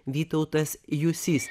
vytautas jusys